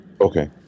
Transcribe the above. Okay